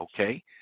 Okay